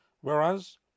Whereas